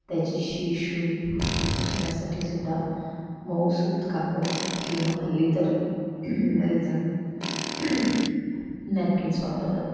त्याची शी शू पुसण्यासाठी सुद्धा मऊसूत कापड किंवा हल्ली तर बरेचजणं नॅपकिन्स वापरतात